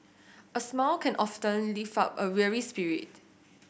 a smile can often lift up a weary spirit